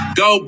go